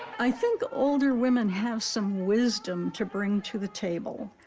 i think older women have some wisdom to bring to the table,